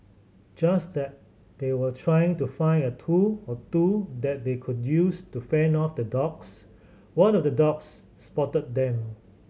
just at they were trying to find a tool or two that they could use to fend off the dogs one of the dogs spotted them